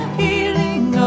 healing